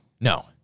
No